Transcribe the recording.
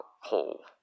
hole